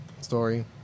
story